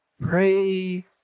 pray